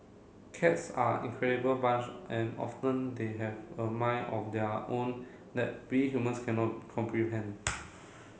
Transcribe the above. cats are incredible bunch and often they have a mind of their own that we humans can not comprehend